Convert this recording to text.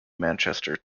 manchester